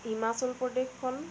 Himachal প্ৰদেশখন